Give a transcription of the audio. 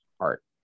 heart